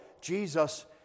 Jesus